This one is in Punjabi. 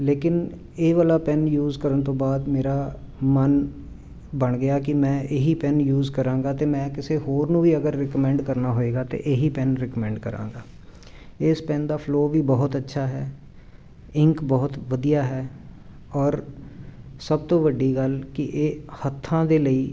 ਲੇਕਿਨ ਇਹ ਵਾਲਾ ਪੈੱਨ ਯੂਸ ਕਰਨ ਤੋਂ ਬਾਅਦ ਮੇਰਾ ਮਨ ਬਣ ਗਿਆ ਕਿ ਮੈਂ ਇਹੀ ਪੈੱਨ ਯੂਸ ਕਰਾਂਗਾ ਅਤੇ ਮੈਂ ਕਿਸੇ ਹੋਰ ਨੂੰ ਵੀ ਅਗਰ ਰਿਕਮੈਂਡ ਕਰਨਾ ਹੋਏਗਾ ਤਾਂ ਇਹੀ ਪੈੱਨ ਰਿਕਮੈਂਡ ਕਰਾਂਗਾ ਇਸ ਪੈੱਨ ਦਾ ਫਲੋ ਵੀ ਬਹੁਤ ਅੱਛਾ ਹੈ ਇੰਕ ਬਹੁਤ ਵਧੀਆ ਹੈ ਔਰ ਸਭ ਤੋਂ ਵੱਡੀ ਗੱਲ ਕਿ ਇਹ ਹੱਥਾਂ ਦੇ ਲਈ